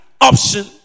option